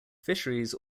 fisheries